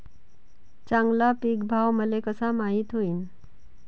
चांगला पीक भाव मले कसा माइत होईन?